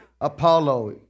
Apollo